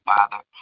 Father